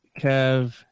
Kev